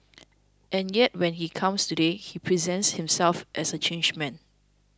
and yet when he comes today he presents himself as a changed man